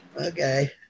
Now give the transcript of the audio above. okay